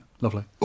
Lovely